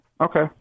okay